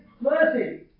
mercy